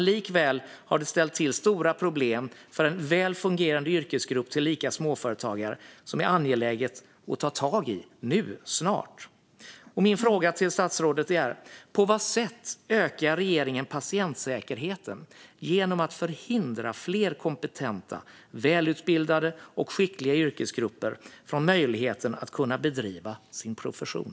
Likväl har det ställt till stora problem för en väl fungerande yrkesgrupp, tillika småföretagare, som det är angeläget att ta tag i - nu, snart. Min fråga till statsrådet är på vad sätt regeringen ökar patientsäkerheten genom att förhindra fler kompetenta, välutbildade och skickliga yrkesgrupper från att bedriva sin profession.